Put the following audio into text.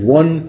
one